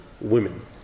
women